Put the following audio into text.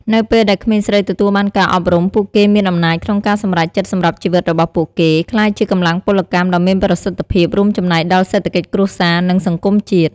នៅពេលដែលក្មេងស្រីទទួលបានការអប់រំ ពួកគេមានអំណាចក្នុងការសម្រេចចិត្តសម្រាប់ជីវិតរបស់ពួកគេ ក្លាយជាកម្លាំងពលកម្មដ៏មានប្រសិទ្ធភាព រួមចំណែកដល់សេដ្ឋកិច្ចគ្រួសារ និងសង្គមជាតិ។